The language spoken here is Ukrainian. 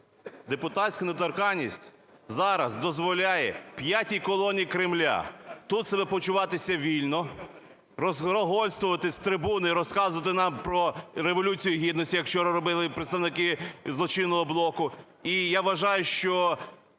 депутатська недоторканність зараз дозволяє "п'ятій колоні" Кремля тут себе почуватися вільно, розглагольствувати з трибуни і розказувати нам про Революцію Гідності, як вчора робили представники злочинного блоку,